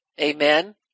Amen